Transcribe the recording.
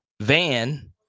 Van